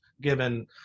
given